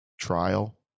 trial